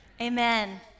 Amen